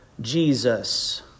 Jesus